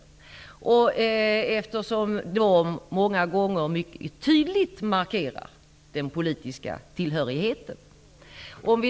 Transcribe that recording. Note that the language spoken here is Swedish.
T-shirts markerar många gånger mycket tydligt politisk tillhörighet.